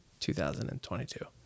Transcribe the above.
2022